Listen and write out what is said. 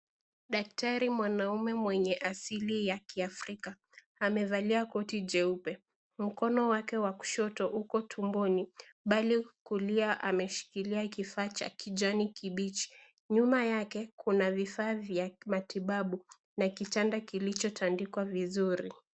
Daktari mwanaume mwenye asili ya kiafrika amevalia koti cheupe, mkono wake wa kushoto uko tumboni bali kulia ameshikilia kifaa cha kijani kibichi, nyuma yake kuna vifaa vya matibabu na kitani kilichotandikwa vizuri.